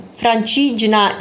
francigena